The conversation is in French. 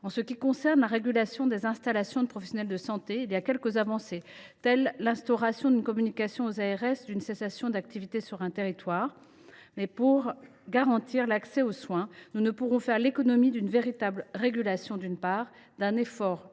En ce qui concerne la régulation des installations de professionnels de santé, il y a quelques avancées, telle l’obligation d’informer les ARS d’une cessation d’activité sur un territoire. Mais, pour garantir l’accès aux soins, nous ne pourrons faire l’économie d’une véritable régulation, ni d’un effort massif